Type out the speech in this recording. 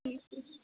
ٹھیٖک چھُ